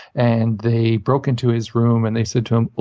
and they broke into his room, and they said to him,